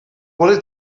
bore